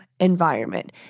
Environment